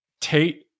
Tate